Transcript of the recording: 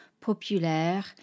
Populaire